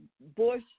Bush